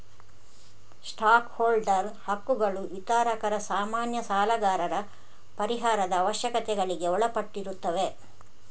stock holder ಹಕ್ಕುಗಳು ವಿತರಕರ, ಸಾಮಾನ್ಯ ಸಾಲಗಾರರ ಪರಿಹಾರದ ಅವಶ್ಯಕತೆಗಳಿಗೆ ಒಳಪಟ್ಟಿರುತ್ತವೆ